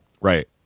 Right